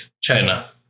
China